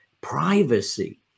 privacy